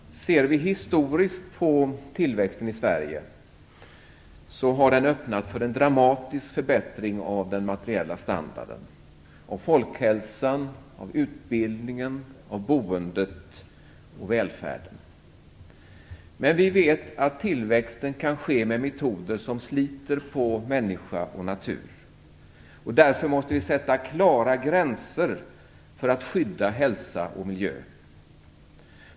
Fru talman! Ser vi historiskt på tillväxten i Sverige finner vi att den har öppnat för en dramatisk förbättring av den materiella standarden, av folkhälsan, av utbildningen, av boendet och av välfärden. Men vi vet att tillväxten kan ske med metoder som sliter på människa och natur. Därför måste vi sätta klara gränser för att skydda hälsa och miljö.